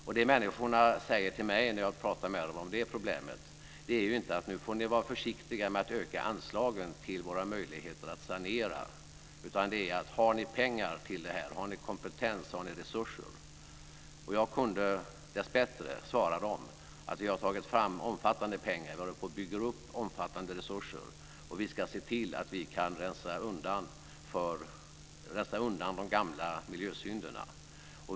Det som människorna säger till mig när jag talar med dem om det problemet är inte att vi nu ska vara försiktiga med att öka anslagen till deras möjligheter att sanera, utan det som de undrar är om vi har pengar, kompetens och resurser till detta. Och jag kunde dessbättre svara dem att vi har tagit fram omfattande pengar, att vi håller på att bygga upp omfattande resurser och att vi ska se till att vi kan rensa undan de gamla miljösynderna.